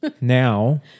Now